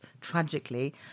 tragically